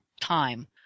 time